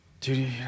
Dude